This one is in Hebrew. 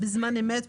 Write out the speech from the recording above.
בזמן אמת,